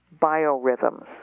biorhythms